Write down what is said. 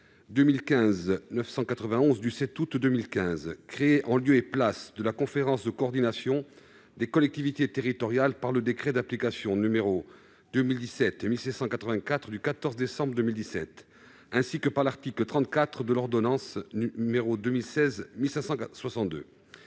ou loi NOTRe, créée en lieu et place de la conférence de coordination des collectivités territoriales par le décret n° 2017-1684 du 14 décembre 2017, ainsi que par l'article 34 de l'ordonnance n° 2016-1562